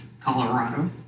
colorado